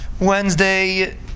Wednesday